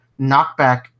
knockback